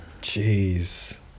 Jeez